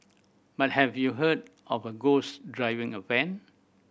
but have you heard of a ghost driving a van